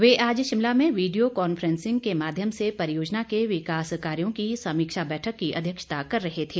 वे आज शिमला में video conferencing के माध्यम से परियोजना के विकास कार्यो की समीक्षा बैठक की अध्यक्षता कर रहे थे